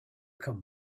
come